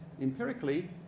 empirically